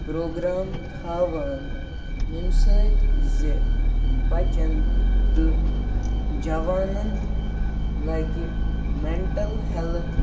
programme تھاوان ییٚمہِ سۭتۍ زِ بَچَن تہٕ جَوانَن لَگہِ مٮ۪نٛٹَل ہٮ۪لٕتھ